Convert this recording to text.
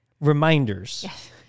Reminders